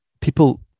People